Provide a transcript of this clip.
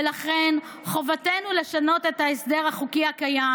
ולכן חובתנו לשנות את ההסדר החוקי הקיים